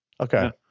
Okay